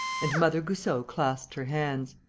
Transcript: and mother goussot clasped her hands.